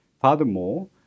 Furthermore